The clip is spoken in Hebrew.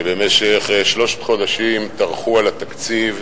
שבמשך שלושת החודשים טרחו על התקציב,